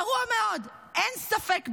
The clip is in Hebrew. גרוע מאוד, אין ספק בכלל.